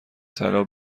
طلا